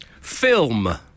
Film